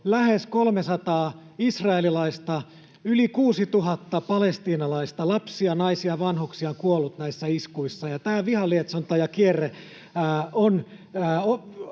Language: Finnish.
lähes 300 israelilaista, yli 6 000 palestiinalaista, lapsia, naisia, vanhuksia, on kuollut näissä iskuissa, ja tämä vihan lietsonta ja kierre on